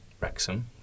Wrexham